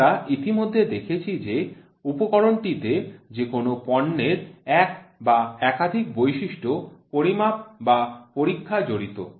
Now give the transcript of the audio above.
আমরা ইতিমধ্যে দেখেছি যে উপকরণটিতে যেকোনো পণ্যের এক বা একাধিক বৈশিষ্ট্য পরিমাপ বা পরীক্ষা জড়িত